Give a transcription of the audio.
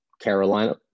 carolina